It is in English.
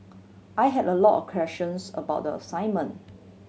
I had a lot of questions about the assignment